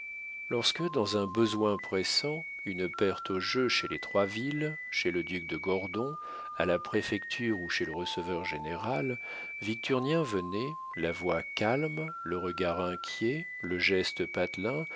lorsque dans un besoin pressant une perte au jeu chez les troisville chez le duc de gordon à la préfecture ou chez le receveur-général victurnien venait la voix calme le regard inquiet le